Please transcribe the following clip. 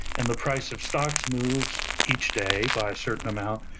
and the price of stocks moves each day by a certain amount,